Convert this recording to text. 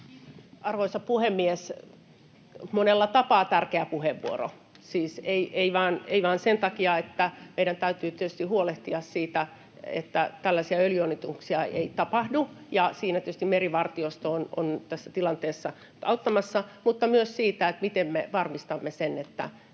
arvoisa puhemies! Monella tapaa tärkeä puheenvuoro, siis ei vain sen takia, että meidän täytyy tietysti huolehtia siitä, että tällaisia öljyonnettomuuksia ei tapahdu, ja siinä tietysti merivartiosto on tässä tilanteessa auttamassa, mutta myös siitä, miten me varmistamme, että